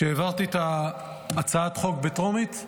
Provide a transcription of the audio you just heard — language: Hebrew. כשהעברתי את הצעת החוק בטרומית,